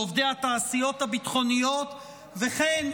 לעובדי התעשיות הביטחוניות וכן,